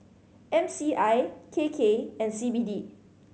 M C I K K and C B D